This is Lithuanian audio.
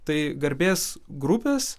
tai garbės grupės